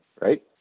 right